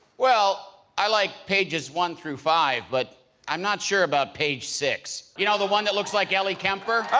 well i like pages one through five, but i'm not sure about page six. you know the one that looks like ellie kemper?